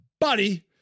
Buddy